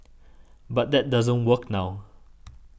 but that doesn't work now